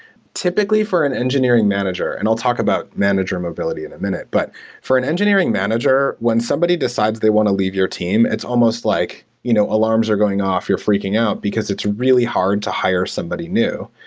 typically, for an engineering manager, and i'll talk about manager mobility in a minbute. but for an engineering manager, when somebody decides they want to leave your team, it's almost like you know alarms are going off. you're freaking out, because it's really hard to hire somebody new,